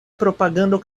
propagando